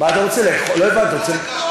לא הבנתי,